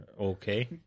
Okay